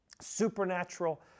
Supernatural